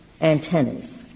antennas